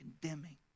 condemning